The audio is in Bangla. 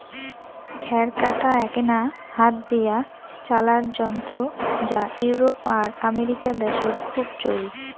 খ্যার কাটা এ্যাকনা হাত দিয়া চালার যন্ত্র যা ইউরোপ আর আমেরিকা দ্যাশত খুব চইল